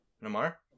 Namar